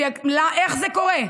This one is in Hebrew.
איך זה קורה?